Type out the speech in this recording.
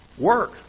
work